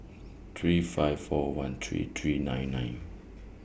three five four one three three nine nine